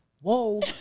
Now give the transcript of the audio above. Whoa